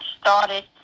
started